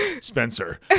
spencer